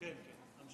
כן, כן.